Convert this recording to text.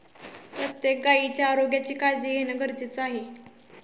प्रत्येक गायीच्या आरोग्याची काळजी घेणे गरजेचे आहे